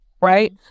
Right